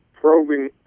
probing